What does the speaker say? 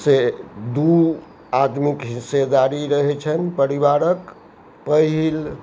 से दू आदमीके हिस्सेदारी रहै छन्हि परिवारक पहिल